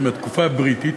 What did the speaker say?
זה מהתקופה הבריטית.